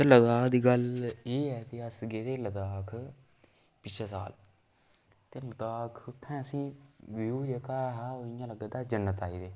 ते लदाख दी गल्ल एह् ऐ कि अस गेदे लद्दाख पिछलै साल ते लद्दाख उत्थै असेंगी व्यू जेह्का ऐ हा ओह् इ'यां लग्गै दा जन्नत आई गेदे